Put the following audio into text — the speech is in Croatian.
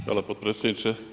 Hvala potpredsjedniče.